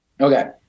Okay